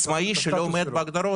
עצמאי שלא עומד בהגדרות,